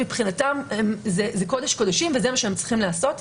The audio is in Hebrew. מבחינתם זה קודש קודשים וזה מה שהם צריכים לעשות,